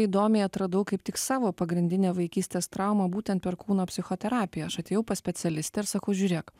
įdomiai atradau kaip tik savo pagrindinę vaikystės traumą būtent per kūno psichoterapiją aš atėjau pas specialistę ir sakau žiūrėk